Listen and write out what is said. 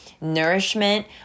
Nourishment